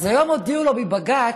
אבל היום הודיעו לו מבג"ץ